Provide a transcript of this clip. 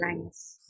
lines